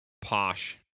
posh